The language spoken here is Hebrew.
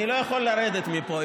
אני לא יכול לרדת מפה.